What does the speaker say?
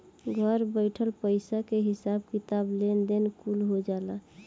घर बइठल पईसा के हिसाब किताब, लेन देन कुल हो जाला